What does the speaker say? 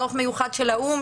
דוח מיוחד של האו"ם,